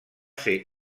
ser